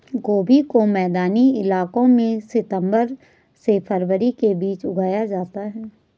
गोभी को मैदानी इलाकों में सितम्बर से फरवरी के बीच उगाया जाता है